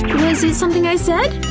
was it something i said?